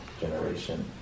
generation